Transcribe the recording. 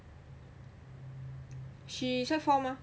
she sec four mah